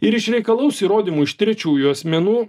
ir išreikalaus įrodymų iš trečiųjų asmenų